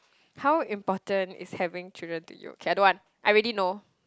how important is having children to you okay I don't want I already know